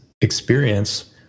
experience